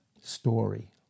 story